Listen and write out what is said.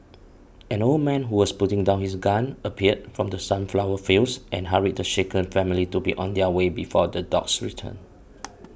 an old man who was putting down his gun appeared from the sunflower fields and hurried the shaken family to be on their way before the dogs return